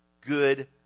good